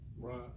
Right